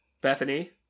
bethany